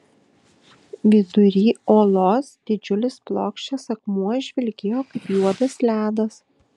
vidury olos didžiulis plokščias akmuo žvilgėjo kaip juodas ledas